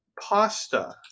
pasta